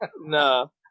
No